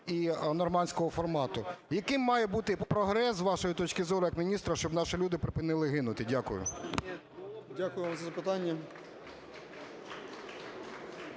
і "нормандського формату". Яким має бути прогрес, з вашої точки зору як міністра, щоб наші люди припинили гинути? Дякую. 11:18:06 ПРИСТАЙКО